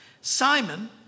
simon